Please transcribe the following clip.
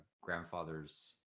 grandfather's